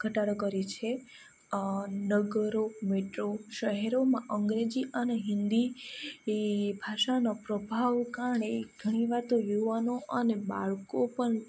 ઘટાડો કરે છે નગરો મેટ્રો શહેરોમાં અંગ્રેજી અને હિન્દી ભાષાનો પ્રભાવ કારણે ઘણીવાર તો યુવાનો અને બાળકો પણ